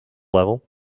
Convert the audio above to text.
level